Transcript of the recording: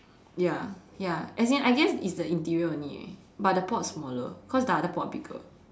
ya ya as in I guess it's the interior only eh but the pot smaller cause the other pot bigger